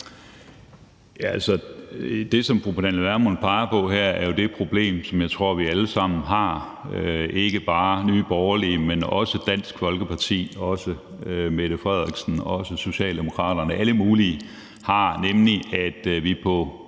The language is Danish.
Det, som fru Pernille Vermund peger på her, er jo det problem, som jeg tror vi alle sammen har – ikke bare Nye Borgerlige, men også Dansk Folkeparti og Mette Frederiksen og Socialdemokraterne, alle mulige – nemlig at vi på